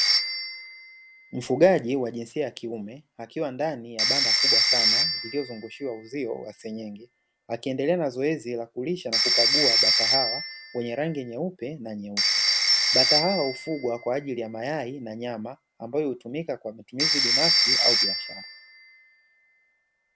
Mfugaji wa jinsia ya kiume akiwa ndani ya banda kubwa sana lililozungushiwa uzio wa senyenge. Akiendelea na zoezi lz kulisha na kukagua bata hawa wenye rangi nyeupe na nyeusi. Bata hawa hufugwa kwa ajili ya mayai na nyama ambayo hutumika kwa matumizi binafsi au biashara.